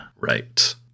Right